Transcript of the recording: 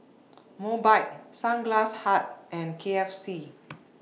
Mobike Sunglass Hut and K F C